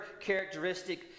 characteristic